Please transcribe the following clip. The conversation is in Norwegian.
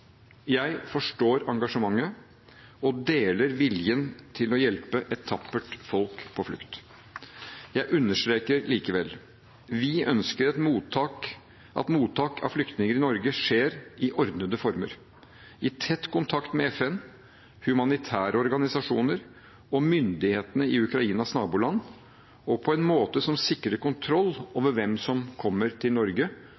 Jeg forstår engasjementet og deler viljen til å hjelpe et tappert folk på flukt. Jeg understreker likevel: Vi ønsker at mottak av flyktninger til Norge skjer i ordnede former, i tett kontakt med FN, humanitære organisasjoner og myndighetene i Ukrainas naboland, og på en måte som sikrer kontroll